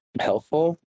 helpful